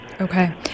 Okay